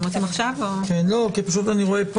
אני רואה פה